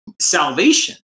salvation